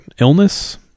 illness